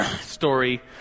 story